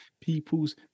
people's